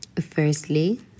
firstly